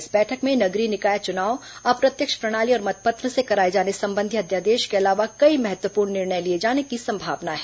इस बैठक में नगरीय निकाय चुनाव अप्रत्यक्ष प्रणाली और मतपत्र से कराए जाने संबंधी अध्यादेश के अलावा कई महत्वपूर्ण निर्णय लिए जाने की संभावना है